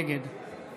נגד